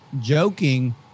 joking